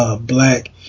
black